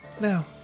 Now